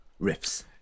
riffs